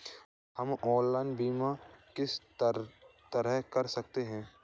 हम ऑनलाइन बीमा किस तरह कर सकते हैं?